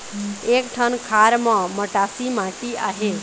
एक ठन खार म मटासी माटी आहे?